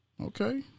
Okay